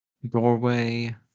Doorway